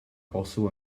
also